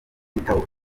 gitabo